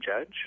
judge